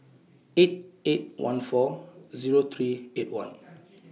eight eight one four Zero three eight one